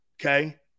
Okay